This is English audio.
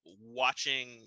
watching